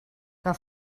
que